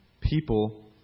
people